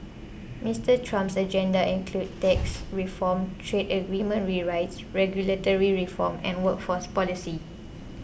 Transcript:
Mister Trump's agenda includes tax reform trade agreement rewrites regulatory reform and workforce policy